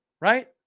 Right